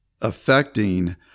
affecting